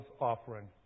offering